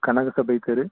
கனகசபை தெரு